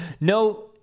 no